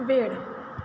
वेळ